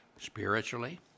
spiritually